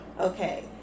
okay